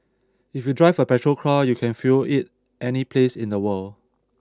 if you drive a petrol car you can fuel it any place in the world